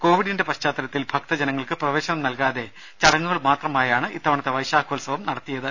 കോവിഡിന്റെ പശ്ചാത്തലത്തിൽ ഭക്തജനങ്ങൾക്ക് പ്രവേശനം നൽകാതെ ചടങ്ങുകൾ മാത്രമായാണ് ഇത്തവണ വൈശാഖോത്സവം നടത്തിയത്